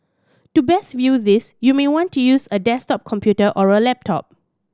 to best view this you may want to use a desktop computer or a laptop